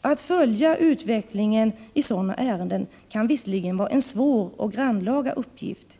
Att följa utvecklingen i sådana ärenden kan visserligen vara en svår och grannlaga uppgift.